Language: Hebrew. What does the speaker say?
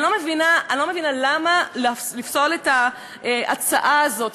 אני לא מבינה למה לפסול את ההצעה הזאת,